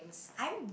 I'm